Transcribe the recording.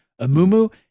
Amumu